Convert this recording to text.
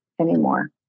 anymore